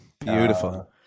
Beautiful